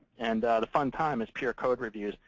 and the fun time is peer code reviews.